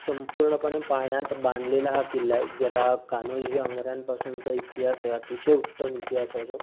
संपूर्णपणे पाण्यात बांधलेला हा किल्ला आहे ज्याला कान्होजी आंग्र्यांपासूनचा इतिहास आहे अतिशय उत्तम इतिहास आहे जो